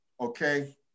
okay